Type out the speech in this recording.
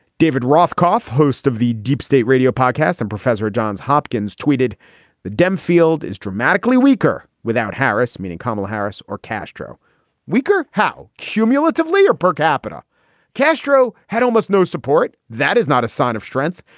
david rothkopf, host of the deep state radio podcast and professor at johns hopkins, tweeted the dem field is dramatically weaker without harris, meaning kamala harris or castro weaker. how cumulatively or per-capita castro had almost no support. that is not a sign of strength.